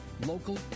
local